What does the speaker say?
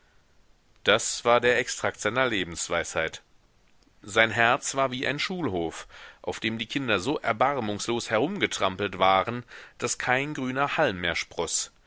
das war der extrakt seiner lebensweisheit sein herz war wie ein schulhof auf dem die kinder so erbarmungslos herumgetrampelt waren daß kein grüner halm mehr sproß